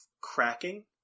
cracking